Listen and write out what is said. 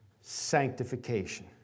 Sanctification